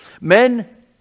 Men